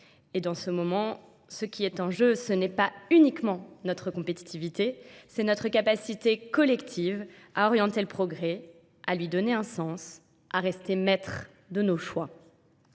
Et dans ce moment, ce qui est en jeu, ce n'est pas uniquement notre compétitivité, c'est notre capacité collective à orienter le progrès, à lui donner un sens, à rester maître de nos choix.